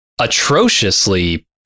atrociously